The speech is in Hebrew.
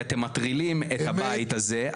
כי אתם מטרילים את הבית הזה.